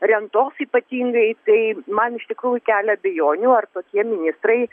rentos ypatingai tai man iš tikrųjų kelia abejonių ar tokie ministrai